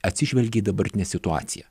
atsižvelgia į dabartinę situaciją